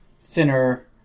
thinner